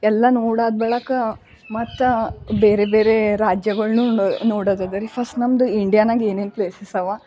ಎಲ್ಲ ನೋಡಾದ ಬಳಿಕ ಮತ್ತೆ ಬೇರೆ ಬೇರೆ ರಾಜ್ಯಗಳನ್ನೂ ನೋಡೋದಿದೆ ರಿ ಫಸ್ಟ್ ನಮ್ದು ಇಂಡಿಯಾನಾಗ ಏನೇನು ಪ್ಲೇಸಸ್ ಇವೆ